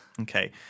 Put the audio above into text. Okay